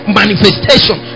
manifestation